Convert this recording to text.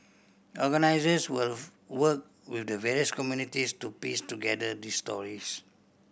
organisers will work with the various communities to piece together these stories